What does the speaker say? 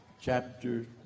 chapter